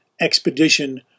expedition